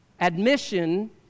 Admission